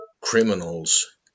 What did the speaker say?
criminals